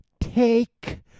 Take